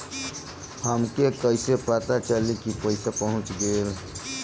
हमके कईसे पता चली कि पैसा पहुच गेल?